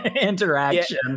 interaction